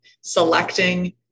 selecting